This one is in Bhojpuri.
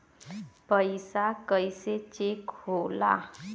पैसा कइसे चेक होला?